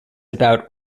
about